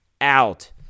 out